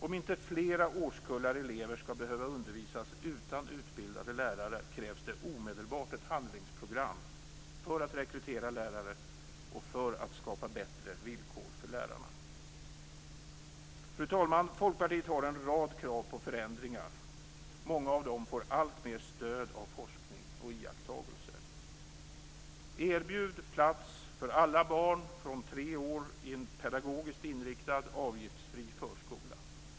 Om inte fler årskullar elever skall behöva undervisas utan utbildade lärare krävs omedelbart ett handlingsprogram för att rekrytera lärare och för att skapa bättre villkor för lärarna. Fru talman! Folkpartiet har en rad krav på förändringar. Många av dem får alltmer stöd av forskning och iakttagelser. Erbjud plats för alla barn från tre års ålder i en pedagogiskt inriktad avgiftsfri förskola.